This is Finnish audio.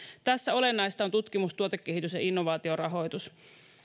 tässä olennaista on tutkimus tuotekehitys ja innovaatiorahoitus